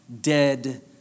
dead